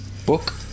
book